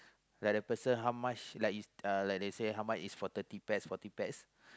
like the person how much like uh like they say how much is for thirty pax forty pax